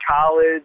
college